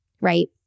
right